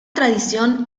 tradición